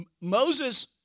Moses